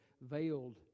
veiled